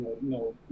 no